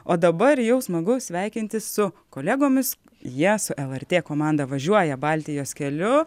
o dabar jau smagu sveikintis su kolegomis jie su lrt komanda važiuoja baltijos keliu